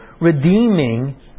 redeeming